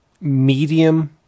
medium